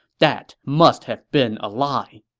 that must have been a lie.